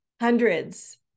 hundreds